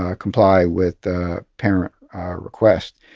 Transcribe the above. ah comply with the parent request.